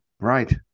Right